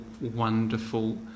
wonderful